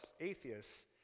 atheists